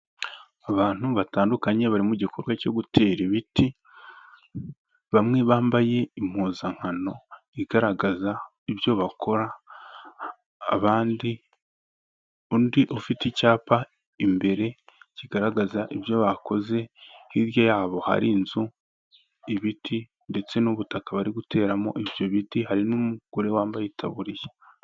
Abantu batandukanye barimo igikorwa cyo gutera ibiti, bamwe bambaye impuzankano igaragaza ibyo bakora, abandi, undi ufite icyapa imbere kigaragaza ibyo bakoze hirya yabo hari inzu ibiti ndetse n'ubutaka bari guteramo ibyo biti hari n'umugore wambaye itaburiya.